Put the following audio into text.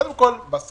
קודם כל, בשכר,